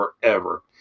forever